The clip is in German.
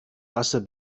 wasser